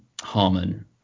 Harmon